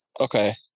Okay